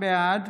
בעד